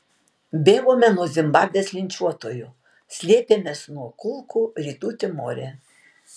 bėgome nuo zimbabvės linčiuotojų slėpėmės nuo kulkų rytų timore